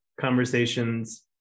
conversations